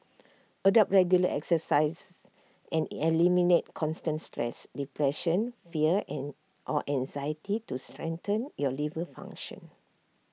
adopt regular exercise and eliminate constant stress depression fear and or anxiety to strengthen your liver function